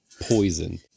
poison